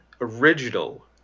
original